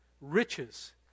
riches